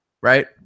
Right